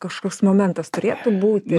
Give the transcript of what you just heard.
kažkoks momentas turėtų būti